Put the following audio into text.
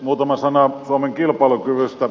muutama sana suomen kilpailukyvystä